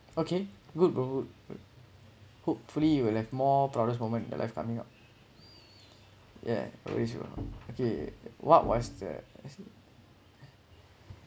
okay good probr~ hopefully you will have more proudest moment in the life coming up yeah a;ways you okay what was the